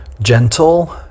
gentle